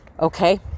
Okay